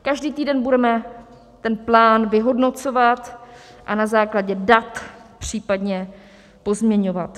Každý týden budeme ten plán vyhodnocovat a na základě dat případně pozměňovat.